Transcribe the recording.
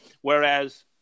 whereas